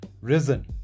risen